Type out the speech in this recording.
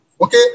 Okay